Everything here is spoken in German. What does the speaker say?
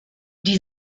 die